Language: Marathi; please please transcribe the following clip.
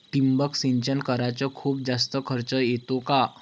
ठिबक सिंचन कराच खूप जास्त खर्च येतो का?